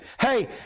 hey